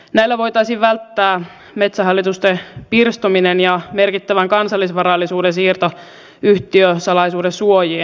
näillä voitaisiin välttää metsähallituksen pirstominen ja merkittävän kansallisvarallisuuden siirto yhtiösalaisuuden suojiin